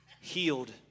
healed